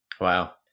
Wow